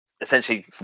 essentially